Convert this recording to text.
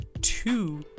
two